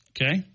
Okay